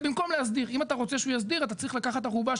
בעיקר כי אף אחד לא חשב שצריך לעשות אבחנות,